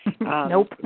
Nope